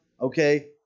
okay